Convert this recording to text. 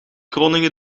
groningen